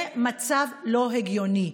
זה מצב לא הגיוני.